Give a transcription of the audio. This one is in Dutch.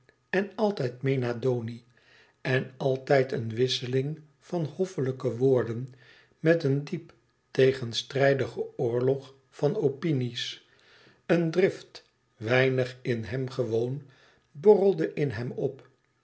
en altijd mena doni en altijd een wisseling van hoffelijke woorden met een diep tegenstrijdigen oorlog van opinie's een drift weinig in hem gewoon borrelde in hem op